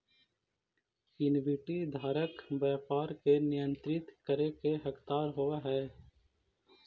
equity धारक व्यापार के नियंत्रित करे के हकदार होवऽ हइ